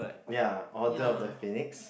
ya order of the phoenix